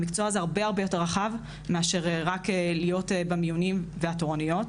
המקצוע הזה הרבה יותר רחב מאשר רק להיות במיונים והתורנויות.